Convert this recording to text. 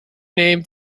name